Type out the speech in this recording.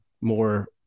more